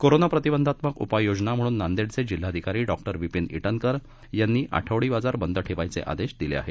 corona प्रतिबंधात्मक उपाय योजना म्हणून नांदेडचे जिल्हाधिकारी डॉ विपिन ईटनकर यांनी आठवडी बाजार बंद ठेवण्याचे आदेश दिले आहेत